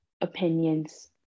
opinions